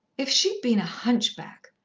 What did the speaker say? if she'd been a hunchback,